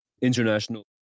International